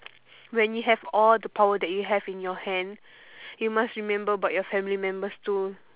when you have all the power that you have in your hand you must remember about your family members too